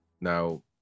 now